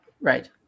right